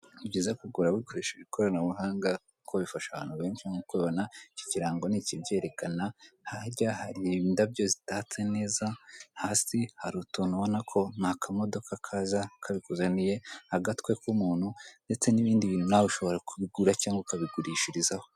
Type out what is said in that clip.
Ni byiza kugura mukoresheje ikoranabuhanga kuko bifasha abantu benshi nkuko muri kubibona, iki kirango kibyerekana harya hari indabyo zitatse neza, hasi hari utuntu ubonako ni akamodoka kaza kabikuzaniye agatwe k'umuntu ndetse n'ibindi bintu nawe ushobora kubigura cyangwa ukabigurishirizaho.